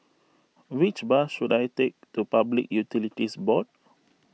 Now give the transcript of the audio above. which bus should I take to Public Utilities Board